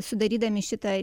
sudarydami šitą